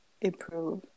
improve